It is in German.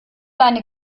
eine